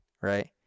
right